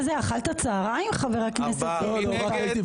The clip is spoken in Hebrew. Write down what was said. ארבעה.